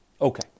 Okay